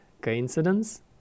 coincidence